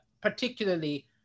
particularly